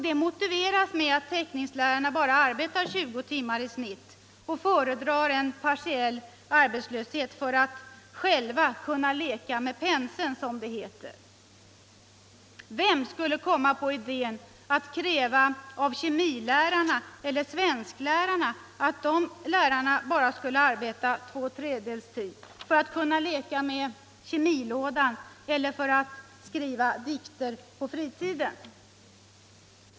Detta motiveras med att teckningslärarna bara arbetar 20 timmar i snitt per vecka och föredrar partiell arbetslöshet för att själva kunna leka med penseln, som det heter. Vem skulle komma på idén att kräva av kemilärarna eller svensklärarna att dessa lärare bara skulle arbeta två tredjedels tid för att kunna leka med kemilådan eller skriva dikter på fritiden?